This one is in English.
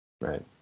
Right